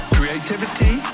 creativity